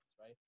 right